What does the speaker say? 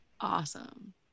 Awesome